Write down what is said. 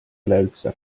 üleüldse